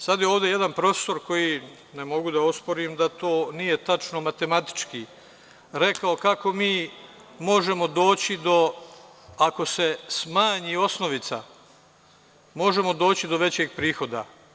Sad je ovde jedan profesor koji, ne mogu da osporim da to nije tačno matematički, rekao kako mi možemo doći do, ako se smanji osnovica, možemo doći do većeg prihoda.